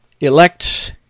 elects